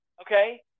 okay